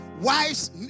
wives